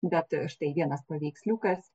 bet štai vienas paveiksliukas